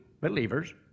believers